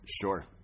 Sure